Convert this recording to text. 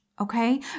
Okay